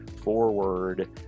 forward